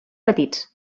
petits